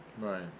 right